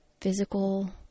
physical